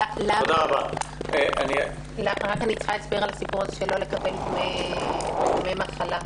למה לא לקבל דמי מחלה?